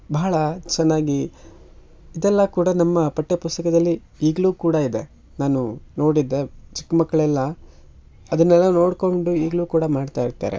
ಬಹಳ ಚೆನ್ನಾಗಿ ಇದೆಲ್ಲ ಕೂಡ ನಮ್ಮ ಪಠ್ಯಪುಸ್ತಕದಲ್ಲಿ ಈಗಲೂ ಕೂಡ ಇದೆ ನಾನು ನೋಡಿದ್ದೆ ಚಿಕ್ಕ ಮಕ್ಕಳೆಲ್ಲ ಅದನ್ನೆಲ್ಲ ನೋಡಿಕೊಂಡು ಈಗಲೂ ಕೂಡ ಮಾಡ್ತಾ ಇರ್ತಾರೆ